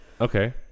Okay